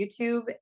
YouTube